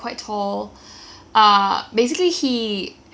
he was very very kind to my family I must say um